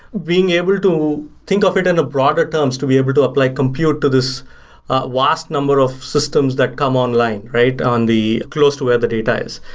being able to think of it in a broader terms to be able to apply compute to this vast number of systems that come online, right, on the close to where the data is.